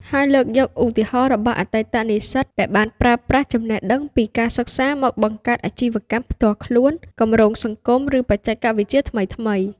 ហើយលើកយកឧទាហរណ៍របស់អតីតនិស្សិតដែលបានប្រើប្រាស់ចំណេះដឹងពីការសិក្សាមកបង្កើតអាជីវកម្មផ្ទាល់ខ្លួន គម្រោងសង្គម ឬបច្ចេកវិទ្យាថ្មីៗ។